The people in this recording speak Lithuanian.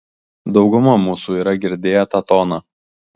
dauguma mūsų yra girdėję tą toną